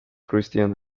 christian